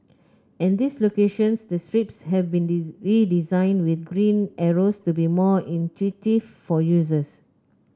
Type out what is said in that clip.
at these locations the strips have been redesigned with green arrows to be more intuitive for users